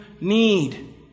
need